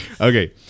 Okay